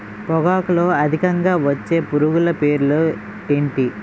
పొగాకులో అధికంగా వచ్చే పురుగుల పేర్లు ఏంటి